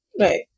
Right